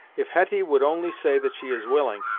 if hetty would only say that she is willing,